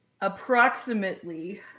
approximately